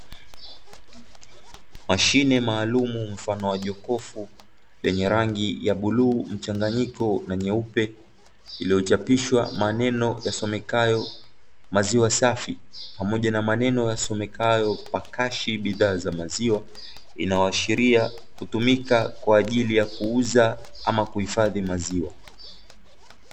Mashine maalum mfano wa jokofu lenye rangi ya bluu mchanganyiko na nyeupe iliyochapishwa maneno yasomekayo maziwa safi pamoja na maneno yasomekayo "Parkash" bidhaa za maziwa inayoashiria kutumika kwaajili ya kuuza ama kuhifadhi maziwa.